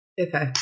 Okay